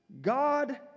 God